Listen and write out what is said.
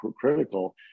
critical